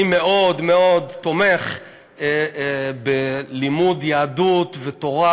אני מאוד מאוד תומך בלימוד יהדות ותורה,